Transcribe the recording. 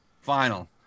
Final